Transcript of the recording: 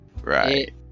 Right